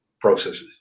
processes